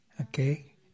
Okay